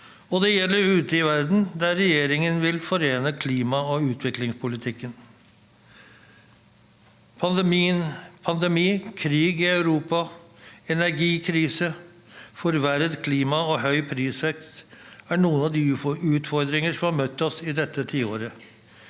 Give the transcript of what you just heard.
og det gjelder ute i verden, der regjeringen vil forene klimaog utviklingspolitikken. Pandemi, krig i Europa, energikrise, forverret klima og høy prisvekst er noen av utfordringene som har møtt oss i dette tiåret.